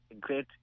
great